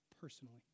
personally